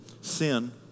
Sin